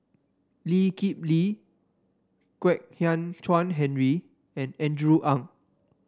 Lee Kip Lee Kwek Hian Chuan Henry and Andrew Ang